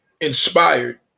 inspired